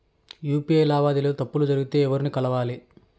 UPI లావాదేవీల లో తప్పులు జరిగితే ఎవర్ని కలవాలి?